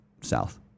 south